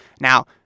Now